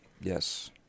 yes